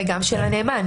וגם של הנאמן.